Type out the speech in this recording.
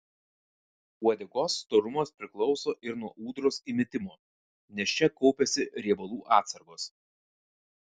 uodegos storumas priklauso ir nuo ūdros įmitimo nes čia kaupiasi riebalų atsargos